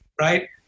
Right